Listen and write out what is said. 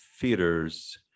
theaters